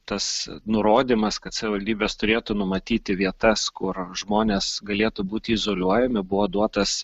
tas nurodymas kad savivaldybės turėtų numatyti vietas kur žmonės galėtų būti izoliuojami buvo duotas